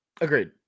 Agreed